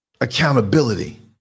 Accountability